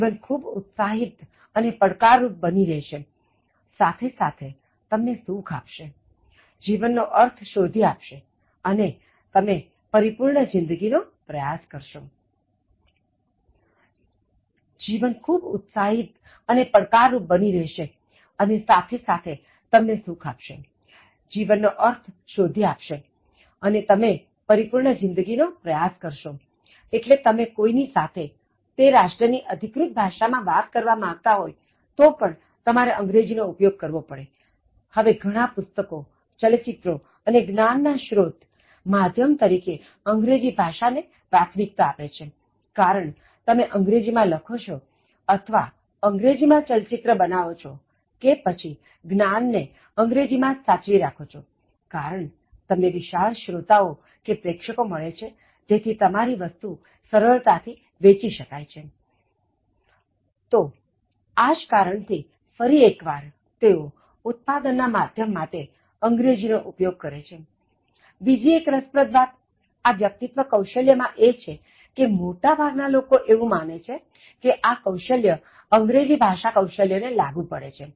જીવન ખૂબ ઉત્સાહિત અને પડકાર રૂપ બની રહેશે અને સાથે સાથે તમને બીજી એક રસપ્રદ વાત આ વ્યક્તિત્વ કૌશલ્ય માં એ છે કે મોટા ભાગના લોકો એવું માને છે કે આ કૌશલ્ય અંગ્રેજી ભાષા કૌશલ્ય ને લાગુ પડે છે